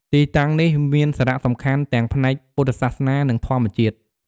ទីតាំងនេះមានសារៈសំខាន់ទាំងផ្នែកពុទ្ធសាសនានិងធម្មជាតិ។